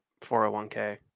401k